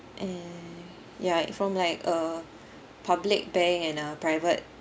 eh ya it from like a public bank and a private